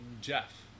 Jeff